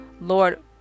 Lord